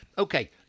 Okay